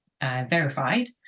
verified